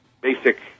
basic